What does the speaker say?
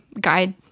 guide